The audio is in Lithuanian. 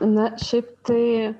na šiaip tai